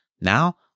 Now